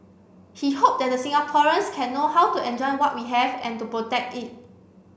he hoped that the Singaporeans can know how to enjoy what we have and to protect it